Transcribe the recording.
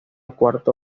cuarto